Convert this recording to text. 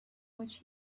which